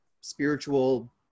spiritual